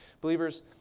Believers